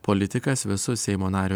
politikas visus seimo nario